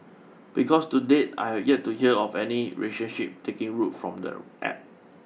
because to date I have yet to hear of any relationship taking root from the App